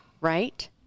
Right